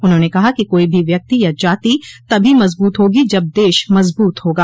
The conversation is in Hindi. उन्होंने कहा कि कोई भी व्यक्ति या जाति तभी मजब्त होगी जब देश मजबूत होगा